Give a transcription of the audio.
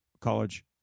college